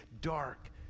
dark